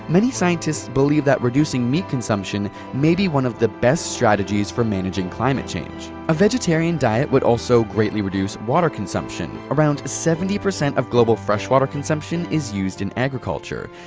many scientists believe that reducing meat consumption may be one of the best strategies for managing climate change. a vegetarian diet would also greatly reduce water consumption around seventy percent of global freshwater consumption is used in agriculture.